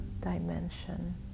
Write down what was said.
dimension